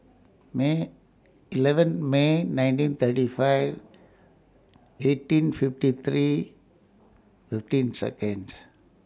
May eleven May nineteen thirty five eighteen fifty three fifteen Seconds